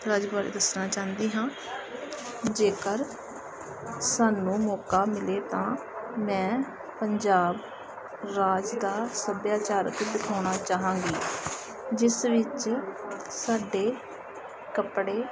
ਰਾਜ ਬਾਰੇ ਦੱਸਣਾ ਚਾਹੁੰਦੀ ਹਾਂ ਜੇਕਰ ਸਾਨੂੰ ਮੌਕਾ ਮਿਲੇ ਤਾਂ ਮੈਂ ਪੰਜਾਬ ਰਾਜ ਦਾ ਸੱਭਿਆਚਾਰ ਦਿਖਾਉਣਾ ਚਾਹਾਂਗੀ ਜਿਸ ਵਿੱਚ ਸਾਡੇ ਕੱਪੜੇ